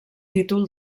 títol